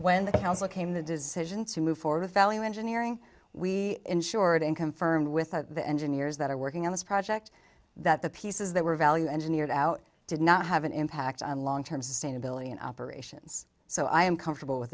when the council came the decision to move for the value engineering we ensured and confirmed with the engineers that are working on this project that the pieces that were value engineered out did not have an impact on long term sustainability and operations so i am comfortable with